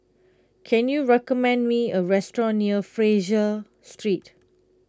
can you recommend me a restaurant near Fraser Street